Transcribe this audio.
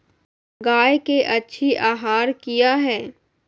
गाय के अच्छी आहार किया है?